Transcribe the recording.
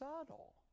subtle